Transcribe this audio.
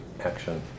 action